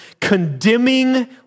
condemning